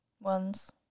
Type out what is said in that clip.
Ones